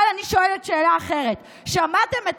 אבל אני שואלת שאלה אחרת: שמעתם את